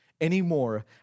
anymore